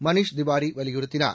மனீஷ் திவாரி வலியுறுத்தினார்